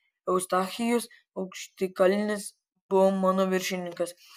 eustachijus aukštikalnis buvo mano viršininkas